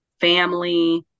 family